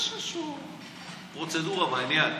יש איזושהי פרוצדורה בעניין.